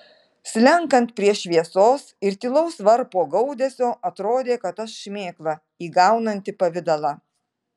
slenkant prie šviesos ir tylaus varpo gaudesio atrodė kad aš šmėkla įgaunanti pavidalą